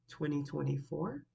2024